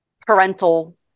parental